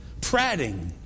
Pratting